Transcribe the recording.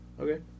Okay